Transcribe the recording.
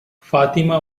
fatima